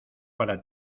para